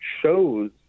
shows